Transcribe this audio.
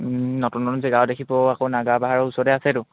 নতুন নতুন জেগাও দেখিব আকৌ নগা পাহাৰৰ ওচৰতে আছেতো